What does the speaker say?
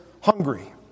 hungry